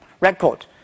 record